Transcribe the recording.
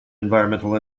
environmental